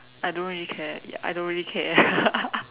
I don't really care ya I don't really care